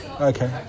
Okay